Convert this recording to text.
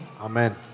Amen